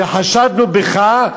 שחשדנו בך.